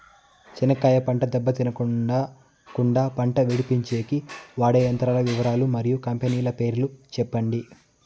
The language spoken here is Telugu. చెనక్కాయ పంట దెబ్బ తినకుండా కుండా పంట విడిపించేకి వాడే యంత్రాల వివరాలు మరియు కంపెనీల పేర్లు చెప్పండి?